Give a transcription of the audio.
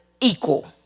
equal